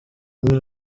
umwe